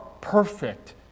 perfect